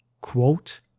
quote